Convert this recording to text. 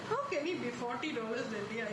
how can it be fourty dollars a day